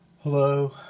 hello